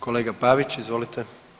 Kolega Pavić, izvolite.